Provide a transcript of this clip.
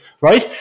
right